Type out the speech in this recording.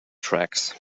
tracks